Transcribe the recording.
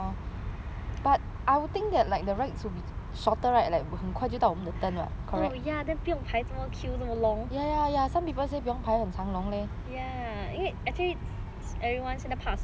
oh ya then 不用排 queue 这么 long ya 因为 actually 现在 everyone 怕死 lah